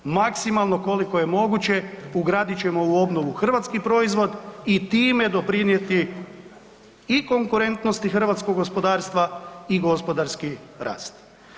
Maksimalno koliko je moguće ugradit ćemo u obnovu hrvatski proizvod i time doprinijeti i konkurentnosti hrvatskog gospodarstva i gospodarski rast.